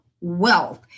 Wealth